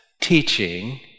teaching